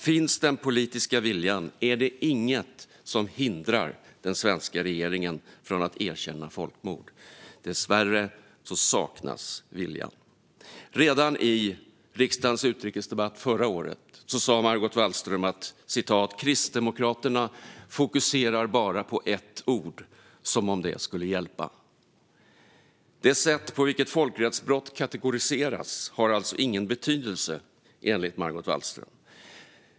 Om den politiska viljan finns är det inget som hindrar den svenska regeringen från att erkänna folkmord. Dessvärre saknas viljan. Redan i riksdagens utrikesdebatt förra året sa Margot Wallström: Kristdemokraterna fokuserar bara på ett ord, som om det skulle hjälpa. Det sätt på vilket folkrättsbrott kategoriseras har alltså ingen betydelse, enligt Margot Wallström.